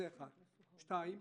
שתיים,